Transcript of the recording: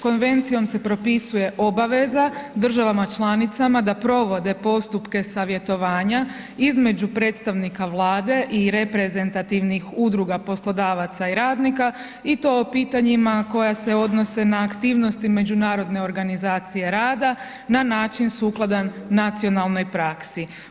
Konvencijom se propisuje obaveza državama članicama da provode postupke savjetovanja između predstavnika Vlade i reprezentativnih udruga poslodavaca i radnika i to o pitanjima koja se odnose na aktivnosti Međunarodne organizacije rada na način sukladan nacionalnoj praksi.